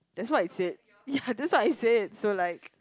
that's what he said ya that's what he said so like